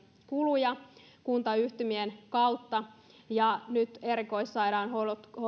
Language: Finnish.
kuluja kuntayhtymien kautta ja nyt erikoissairaanhoidon